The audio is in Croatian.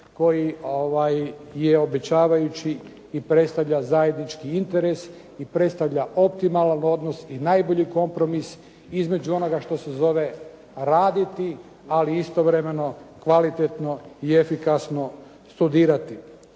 koji je obećavajući i predstavlja zajednički interes i predstavlja optimalan odnos i najbolji kompromis između onoga što se zove raditi, ali istovremeno kvalitetno i efikasno studirati.